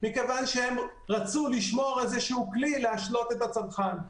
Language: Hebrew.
מכיוון שהם רצו לשמור איזשהו כלי להשלות את הצרכן.